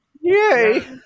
Yay